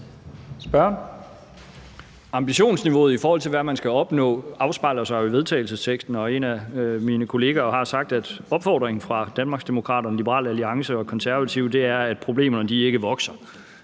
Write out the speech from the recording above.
Ambitionsniveauet, i forhold til hvad man skal opnå, afspejler sig jo i vedtagelsesteksten. En af mine kollegaer har sagt, at opfordringen fra Danmarksdemokraterne, Liberal Alliance og Konservative er, at problemerne ikke skal